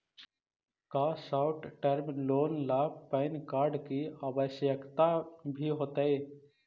का short term loan ला PAN card की आवश्यकता भी होतइ